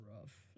rough